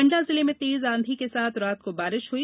मंडला जिले में तेज आंधी के साथ रात को बारिश हुई